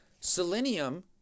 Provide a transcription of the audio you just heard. Selenium